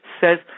says